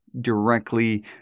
directly